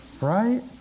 right